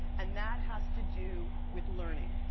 and that has to do with learning.